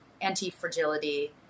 anti-fragility